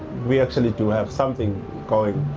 we actually do have something going.